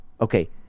okay